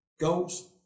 goals